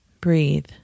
Breathe